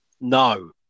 No